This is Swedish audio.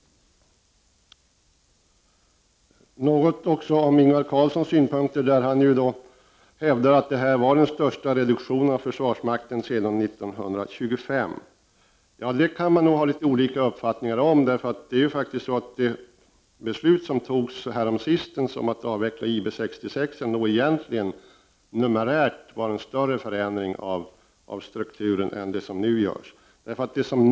Så har jag också några ord om Ingvar Karlssons i Bengtsfors synpunkter. Han hävdade att detta förslag innebär den största reduktionen av försvarsmakten sedan 1925. Det kan man nog ha litet olika uppfattningar om! Det beslut som fattades häromsistens, nämligen det att avveckla IB 66-an, innebar nog egentligen en större förändring av strukturen i numerärt hänseende än den förändring som nu genomförs.